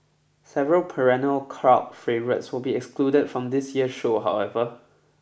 several perennial crowd favourites will be excluded from this year's show however